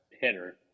hitter